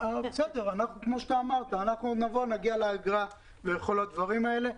כמו שאמרת, נגיע לאגרה ולכל הדברים האלה.